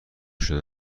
شدن